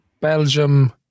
Belgium